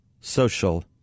social